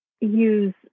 use